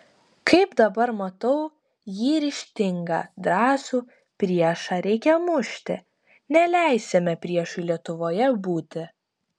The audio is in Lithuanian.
kaip dabar matau jį ryžtingą drąsų priešą reikia mušti neleisime priešui lietuvoje būti